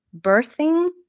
birthing